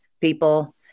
people